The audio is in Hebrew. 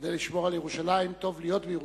כדי לשמור על ירושלים טוב להיות בירושלים,